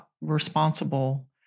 responsible